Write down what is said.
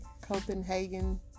Copenhagen